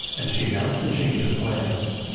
and she announced a change of plans.